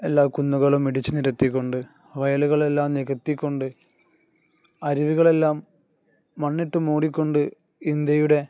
എല്ലാ കുന്നുകളും ഇടിച്ചുനിരത്തിക്കൊണ്ട് വയലുകളെല്ലാം നികത്തിക്കൊണ്ട് അരുവികളെല്ലാം മണ്ണിട്ടു മൂടിക്കൊണ്ട് ഇന്ത്യയുടെ